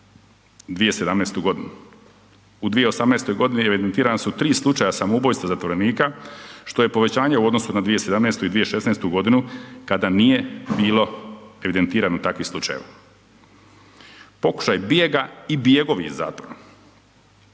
na 2017. g.U 2018. g. evidentirana su 3 slučaja samoubojstva zatvorenika, što je povećanje u odnosu na 2017. i 2016. g., kada nije bilo evidentirano takvih slučajeva. Pokušaj bijega i bjegovi iz zatvora.